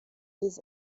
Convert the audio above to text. his